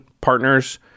partners